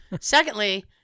Secondly